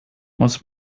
muss